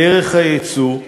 דרך היצוא,